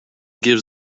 gives